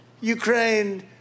Ukraine